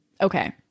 okay